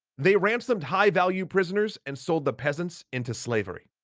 they ransomed high-value prisoners and sold the peasants into slavery.